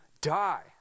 die